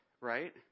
right